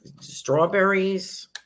strawberries